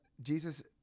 Jesus